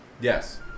Yes